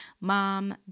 mom